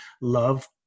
love